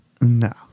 No